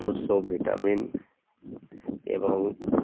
ଉସ ଭିଟାମନ୍ ଏବଂ